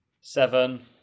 Seven